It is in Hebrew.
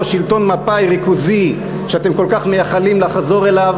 שלטון מפא"י ריכוזי שאתם כל כך מייחלים לחזור אליו,